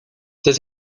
this